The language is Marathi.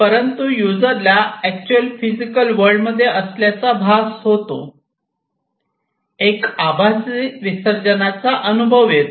परंतु युजरला अॅक्च्युअल फिजिकल वर्ल्ड मध्ये असल्याचा भास होतो एक आभासी विसर्जनचा अनुभव येतो